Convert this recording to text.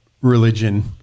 religion